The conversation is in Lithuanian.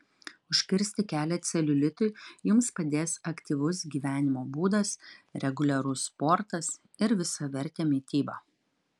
užkirsti kelią celiulitui jums padės aktyvus gyvenimo būdas reguliarus sportas ir visavertė mityba